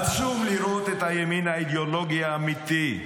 עצוב לראות את הימין האידיאולוגי האמיתי,